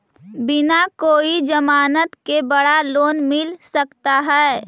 बिना कोई जमानत के बड़ा लोन मिल सकता है?